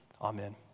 amen